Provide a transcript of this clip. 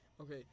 Okay